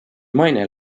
maine